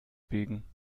biegen